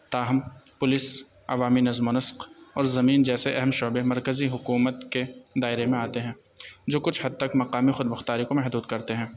تاہم پولیس عوامی نظم و نسق اور زمین جیسے اہم شعبے مرکزی حکومت کے دائرے میں آتے ہیں جو کچھ حد تک مقامی خود مختاری کو محدود کرتے ہیں